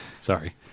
Sorry